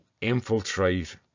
infiltrate